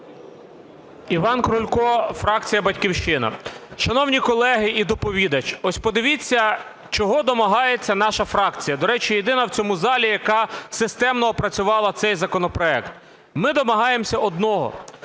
Іван Крулько, фракція "Батьківщина". Шановні колеги і доповідач, ось подивіться, чого домагається наша фракція. До речі, єдина в цьому залі, яка системно опрацювала цей законопроект. Ми домагаємося одного,